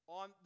on